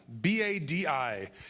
B-A-D-I